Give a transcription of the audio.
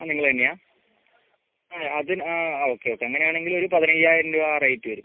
അത് നിങ്ങൾ തന്നെയാണോ ആ അത് ആ ഓക്കെ ഓക്കെ അങ്ങനെ ആണെങ്കിൽ ഒരു പതിനയ്യായിരം രൂപ ആ റേറ്റ് വരും